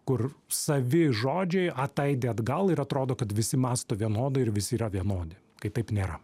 kur savi žodžiai ataidi atgal ir atrodo kad visi mąsto vienodai ir visi yra vienodi kai taip nėra